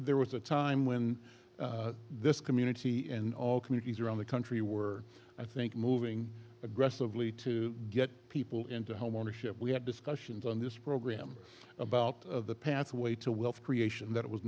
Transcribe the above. there was a time when this community and all communities around the country were i think moving aggressively to get people into homeownership we had discussions on this program about of the pathway to wealth creation that it was